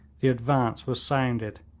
the advance was sounded,